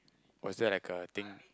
was that like a thing